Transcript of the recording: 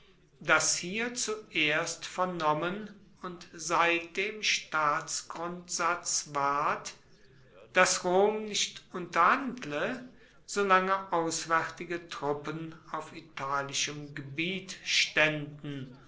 das hier zuerst vernommen und seitdem staatsgrundsatz ward dass rom nicht unterhandle solange auswaertige truppen auf italischem gebiet staenden